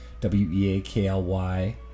w-e-a-k-l-y